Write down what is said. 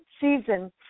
season